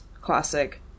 Classic